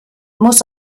muss